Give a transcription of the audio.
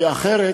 כי אחרת